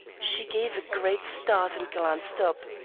she gave a great start and glanced up.